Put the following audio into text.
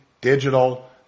digital